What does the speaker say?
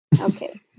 Okay